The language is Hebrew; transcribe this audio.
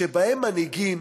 שבהם מנהיגים